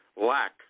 lack